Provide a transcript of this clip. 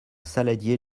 saladier